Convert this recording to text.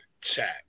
chat